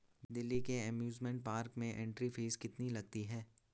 दिल्ली के amusement park में entry fees कितनी लगती है?